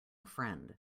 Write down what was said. friend